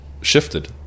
shifted